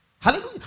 Hallelujah